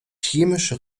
chemische